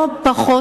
לא פחות,